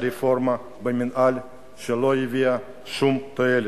הרפורמה במינהל שלא הביאה שום תועלת.